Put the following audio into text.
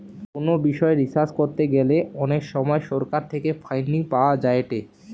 কোনো বিষয় রিসার্চ করতে গ্যালে অনেক সময় সরকার থেকে ফান্ডিং পাওয়া যায়েটে